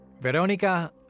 Veronica